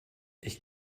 ich